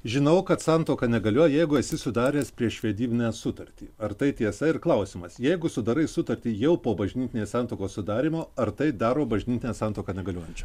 žinau kad santuoka negalioja jeigu esi sudaręs priešvedybinę sutartį ar tai tiesa ir klausimas jeigu sudarai sutartį jau po bažnytinės santuokos sudarymo ar tai daro bažnytinę santuoką negaliojančia